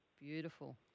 Beautiful